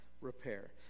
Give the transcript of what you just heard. repair